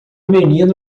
menino